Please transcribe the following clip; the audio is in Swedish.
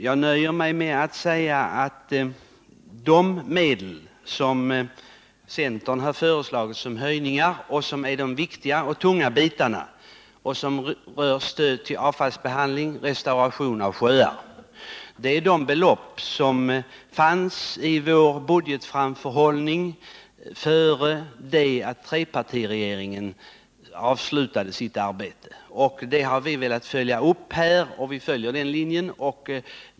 Jag nöjer mig med att säga att de höjningar som centern har föreslagit, vilka är de viktiga och tunga bitarna som rör stöd till avfallsbehandling och restauration av sjöar, motsvarar de belopp som fanns i vår budgetframförhållning innan trepartiregeringen avslutade sitt arbete. Det har vi velat följa upp, och vi följer den linjen.